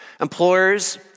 Employers